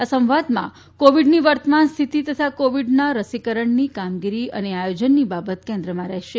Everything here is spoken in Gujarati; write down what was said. આ સંવાદમાં કોવીડની વર્તમાન સ્થિતિ તથા કોવીડના રસીકરણની કામગીરી અને આયોજનની બાબત કેન્દ્રમાં રહેશે